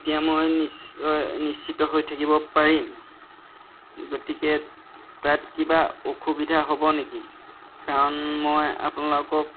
তেতিয়া মই নিশ্চয় নিশ্চিত হৈ থাকিব পাৰিম গতিকে তাত কিবা অসুবিধা হ'ব নেকি কাৰণ মই আপোনালোকক